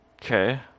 Okay